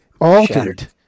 altered